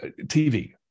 TV